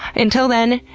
until then,